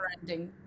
ending